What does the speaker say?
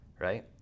right